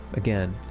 again,